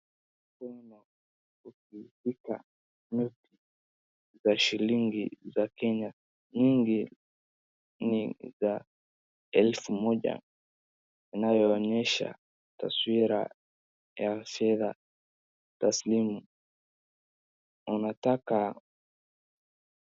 Mkono ukishika noti za shilingi za Kenya nyingi. Ni za elfu moja inayoonyesha taswira yya fedha taslimu. Anataka.